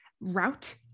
route